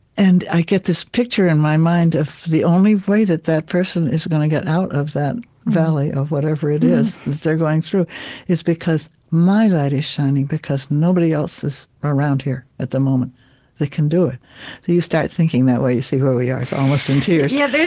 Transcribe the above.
and i get this picture in my mind of the only way that that person is going to get out of that valley of whatever it is that they're going through is because my light is shining, because nobody else is around here at the moment that can do it. so you start thinking that way. see where we are? it's almost in tears. yeah,